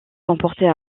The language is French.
comportait